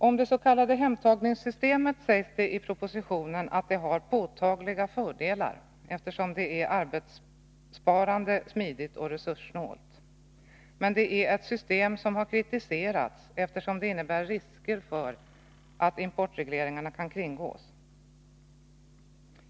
Om det s.k. hemtagningssystemet sägs det i propositionen att det har påtagliga fördelar, eftersom det är arbetssparande, smidigt och resurssnålt. Men det är ett system som har kritiserats, eftersom det innebär risker för att importregleringarna kringgås.